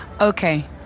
Okay